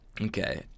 Okay